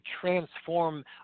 transform